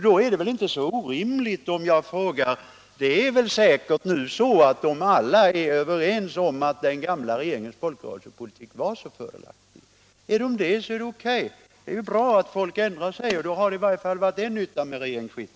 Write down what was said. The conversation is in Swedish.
Då är det inte orimligt om jag frågar: Det är väl säkert nu att de alla är överens om att den gamla regeringens folkrörelsepolitik var så fördelaktig? Är detta säkert så är det all right; det är bra att folk ändrar sig, och då har regeringsskiftet i alla fall varit till nytta på en punkt.